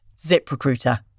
ZipRecruiter